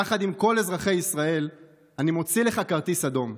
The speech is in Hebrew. יחד עם כל אזרחי ישראל, אני מוציא לך כרטיס אדום.